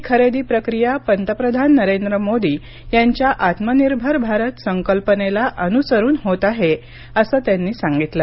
ही खरेदी प्रक्रिया पंतप्रधान नरेंद्र मोदी यांच्या आत्मनिर्भर भारत संकल्पनेला अनुसरुन होत आहे असं त्यांनी सांगितलं